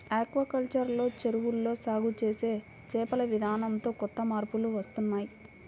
aquaculture లో చెరువుల్లో సాగు చేసే చేపల విధానంతో కొత్త మార్పులు వస్తున్నాయ్